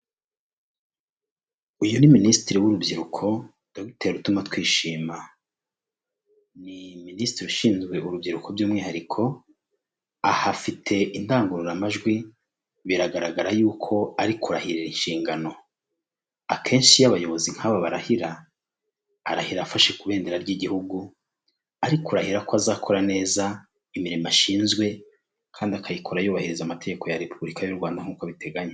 Uyu ni minisitiri w'urubyiruko dogiteri Utumatwishima ni minisitiri ushinzwe urubyiruko by'umwihariko aha afite indangururamajwi biragaragara yuko ari kurahirira inshingano, akenshi iyo abayobozi nk'aba barahira arahira afashe ku ibendera ry'igihugu ari kurahira ko azakora neza imirimo ashinzwe kandi akayikora yubahiriza amategeko ya repubulika y'u Rwanda nk'uko biteganywa.